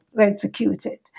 executed